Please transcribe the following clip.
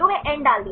तो वे n डाल दिया